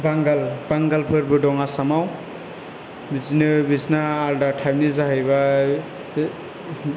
बांगाल बांगालफोरबो दं आसामाव बिदिनो बिसिना आलदा टाइबनि जाहैबाय